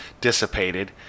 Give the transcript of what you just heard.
dissipated